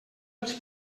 els